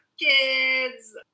kids